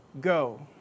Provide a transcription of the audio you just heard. go